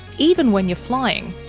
even when you're flying.